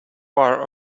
bar